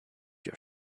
your